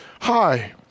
hi